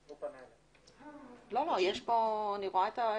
הצ'ט.